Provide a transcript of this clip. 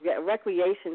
recreation